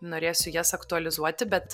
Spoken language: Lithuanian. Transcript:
norėsiu jas aktualizuoti bet